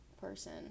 person